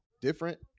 different